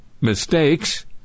mistakes